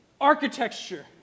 architecture